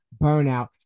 burnout